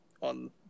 on